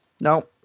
no